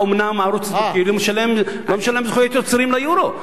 האומנם הערוץ הטורקי לא משלם זכויות יוצרים ל"יורו"?